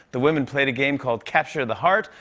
the women played a game called capture the heart.